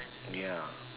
yeah